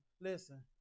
Listen